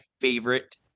favorite